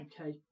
Okay